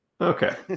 Okay